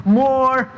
more